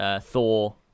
Thor